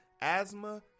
asthma